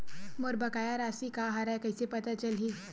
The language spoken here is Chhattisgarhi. मोर बकाया राशि का हरय कइसे पता चलहि?